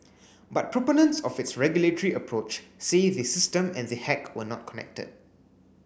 but proponents of its regulatory approach say the system and the hack were not connected